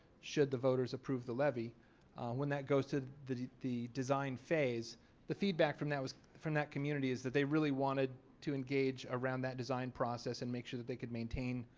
should the voters approve the levy when that goes to the the design phase the feedback from that was from that community is that they really wanted to engage around that design process and make sure that they could maintain